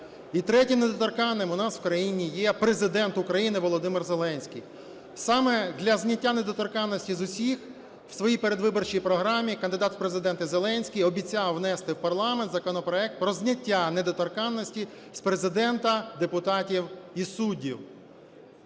І третім недоторканним у нас в країні є Президент України Володимир Зеленський. Саме для зняття недоторканності з усіх в своїй передвиборчій програмі кандидат в Президенти Зеленський обіцяв внести в парламент законопроект про зняття недоторканності з Президента, депутатів і суддів.